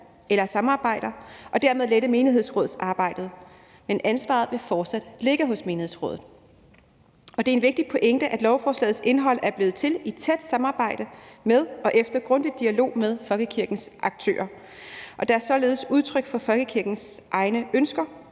eller samarbejder og dermed lette menighedsrådsarbejdet, men ansvaret vil fortsat ligge hos menighedsrådet. Og det er en vigtig pointe, at lovforslagets indhold er blevet til i et tæt samarbejde med og efter grundig dialog med folkekirkens aktører. Det er således udtryk for folkekirkens egne ønsker,